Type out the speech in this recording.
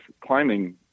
climbing